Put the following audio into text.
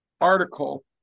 article